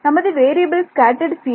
நமது variable scattered field